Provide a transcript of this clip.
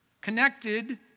connected